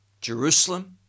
jerusalem